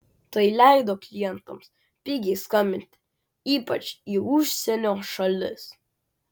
tai leido klientams pigiai skambinti ypač į užsienio šalis